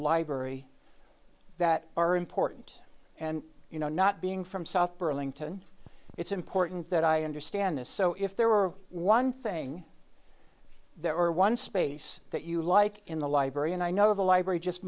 library that are important and you know not being from south burlington it's important that i understand this so if there were one thing there or one space that you like in the library and i know the library just